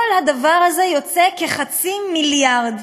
כל הדבר הזה יוצא כחצי מיליארד.